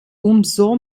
umso